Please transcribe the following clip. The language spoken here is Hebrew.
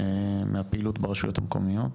מהפעילות ברשויות המקומיות.